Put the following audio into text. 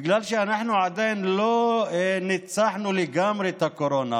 בגלל שאנחנו עדיין לא ניצחנו לגמרי את הקורונה